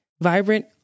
vibrant